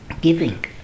giving